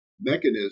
mechanism